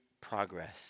progress